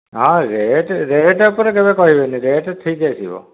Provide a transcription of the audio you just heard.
ହଁ rate rate ଉପରେ କେବେ କହିବେନି ରେଟ୍ ଠିକ୍ ଆସିବ